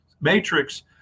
matrix